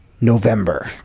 November